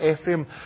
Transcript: Ephraim